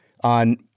On